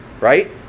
right